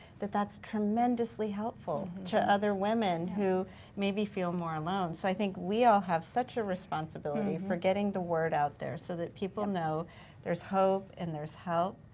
that that's tremendously helpful to other women who maybe feel more alone. so i think we all have such a responsibility for getting the word out there so that people know there's hope and there's help.